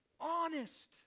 honest